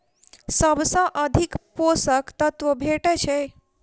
सबसँ अधिक पोसक तत्व भेटय छै?